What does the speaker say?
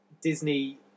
Disney